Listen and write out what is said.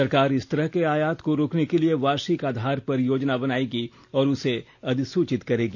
सरकार इस तरह के आयात को रोकने के लिए वार्षिक आधार पर योजना बनाएगी और उसे अधिसूचित करेगी